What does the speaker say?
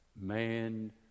man